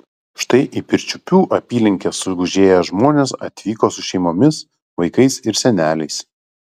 štai į pirčiupių apylinkes sugužėję žmonės atvyko su šeimomis vaikais ir seneliais